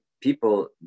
people